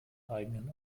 eigenen